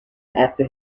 after